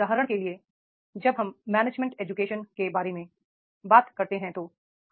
उदाहरण के लिए जब हम के बारे में बात करते हैं तो